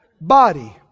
body